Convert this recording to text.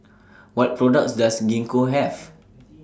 What products Does Gingko Have